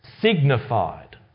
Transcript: signified